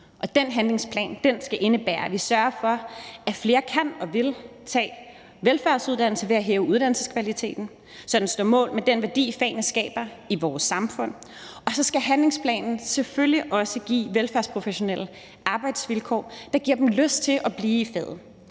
Den handlingsplan skal indebære, at vi sørger for, at flere kan og vil tage en velfærdsuddannelse, og det skal ske ved at hæve uddannelseskvaliteten, så den står mål med den værdi, fagene skaber i vores samfund. Og så skal handlingsplanen selvfølgelig også give velfærdsprofessionelle arbejdsvilkår, der giver dem lyst til at blive i faget.